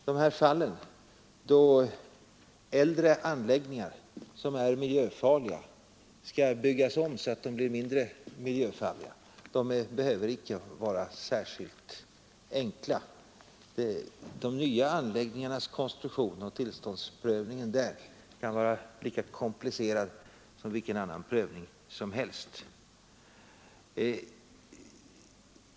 De fall där äldre anläggningar som är miljöfarliga skall byggas om så att de blir mindre farliga behöver inte vara särskilt enkla. De nya anläggningarnas konstruktion kan vara mycket komplicerad och tillståndsprövningen lika svår som vilken annan prövning som helst.